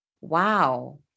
Wow